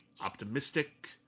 Optimistic